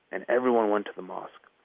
and everyone went to the mosque.